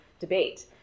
debate